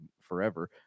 forever